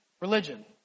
religion